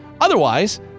Otherwise